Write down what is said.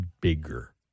bigger